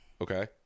Okay